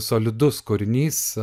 solidus kūrinys